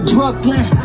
Brooklyn